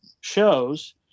shows